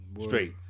Straight